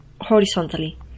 horizontally